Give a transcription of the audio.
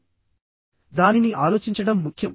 కానీ అప్పుడు మీరు దాని గురించి ఆలోచించడం ముఖ్యం